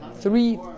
three